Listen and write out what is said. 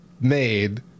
made